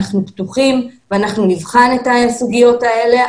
אנחנו פתוחים ואנחנו נבחן את הסוגיות האלה.